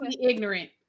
ignorant